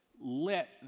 let